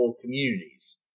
communities